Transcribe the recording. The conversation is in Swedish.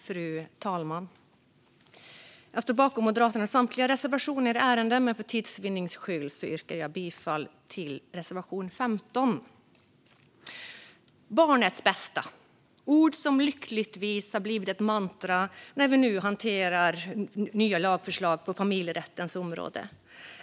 Fru talman! Jag står bakom Moderaternas samtliga reservationer i ärendet, men för tids vinnande yrkar jag bifall endast till reservation 15. Barnets bästa - ord som lyckligtvis har blivit ett mantra när vi nu hanterar nya lagförslag på familjerättens område.